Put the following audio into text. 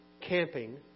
camping